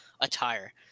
attire